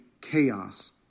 chaos